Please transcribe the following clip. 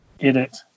edit